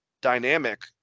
dynamic